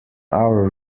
our